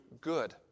good